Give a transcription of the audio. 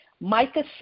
Micah